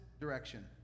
direction